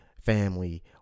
family